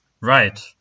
right